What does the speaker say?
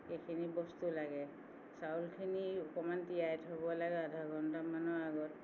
এইখিনি বস্তু লাগে চাউলখিনি অকণমান তিয়াই থ'ব লাগে আধাঘণ্টামানৰ আগত